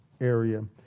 area